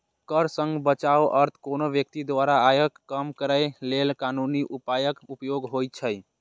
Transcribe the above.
कर सं बचावक अर्थ कोनो व्यक्ति द्वारा आयकर कम करै लेल कानूनी उपायक उपयोग होइ छै